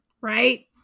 Right